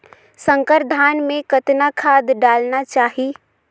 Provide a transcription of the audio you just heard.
संकर धान मे कतना खाद डालना चाही?